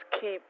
keep